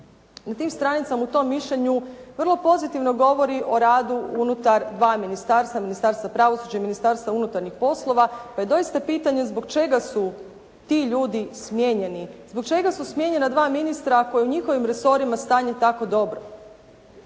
na tim stranicama u tom mišljenju vrlo pozitivno govori o radu unutar dva ministarstva, Ministarstva pravosuđa i Ministarstva unutarnjih poslova pa je doista pitanje zbog čega su ti ljudi smijenjeni. Zbog čega su smijenjena dva ministra ako je u njihovim resorima stanje tako dobro?